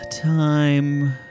time